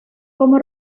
como